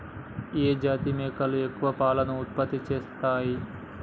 ఏ జాతి మేకలు ఎక్కువ పాలను ఉత్పత్తి చేస్తయ్?